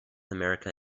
america